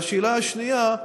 והשאלה השנייה,